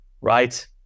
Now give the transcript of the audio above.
Right